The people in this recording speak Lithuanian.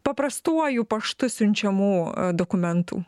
paprastuoju paštu siunčiamų dokumentų